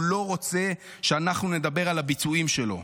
הוא לא רוצה שאנחנו נדבר על הביצועים שלו,